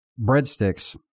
breadsticks